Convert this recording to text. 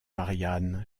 marianne